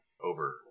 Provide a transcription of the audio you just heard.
over